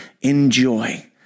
enjoy